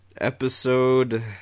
Episode